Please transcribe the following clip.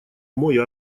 мой